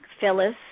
Phyllis